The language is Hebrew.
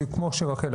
כמו רחל,